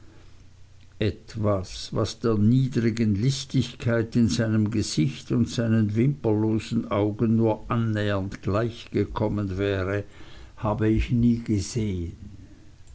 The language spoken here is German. etwas was der niedrigen listigkeit in seinem gesicht und seinen wimperlosen augen nur annähernd gleichgekommen wäre habe ich nie gesehen